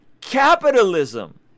Capitalism